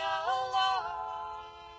alone